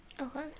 okay